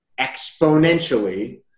exponentially